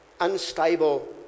unstable